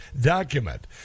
document